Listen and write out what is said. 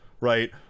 right